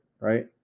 right